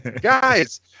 guys